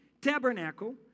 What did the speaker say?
tabernacle